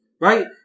right